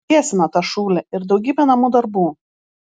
biesina ta šūlė ir daugybė namų darbų